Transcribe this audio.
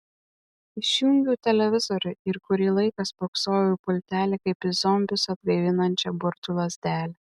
išjungiau televizorių ir kurį laiką spoksojau į pultelį kaip į zombius atgaivinančią burtų lazdelę